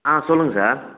ஆ சொல்லுங்க சார்